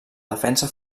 defensa